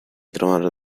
trovarono